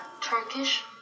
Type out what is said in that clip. Turkish